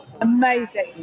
Amazing